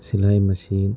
سلائی مشین